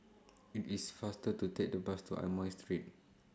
IT IS faster to Take The Bus to Amoy Street